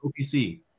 OPC